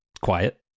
quiet